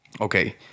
okay